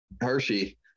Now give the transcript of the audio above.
Hershey